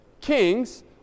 Kings